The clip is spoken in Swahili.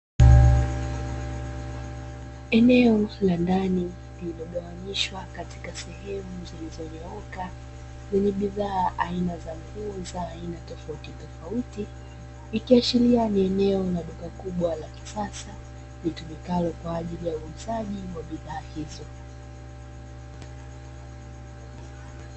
Eneo la ndani lililogawanyishwa katika sehemu zilizonyooka, zenye bidhaa aina ya nguo za aina tofautitofauti. Ikiashiria ni eneo la duka kubwa la kisasa litumikalo kwa ajili ya uuzaji wa bidhaa hizo.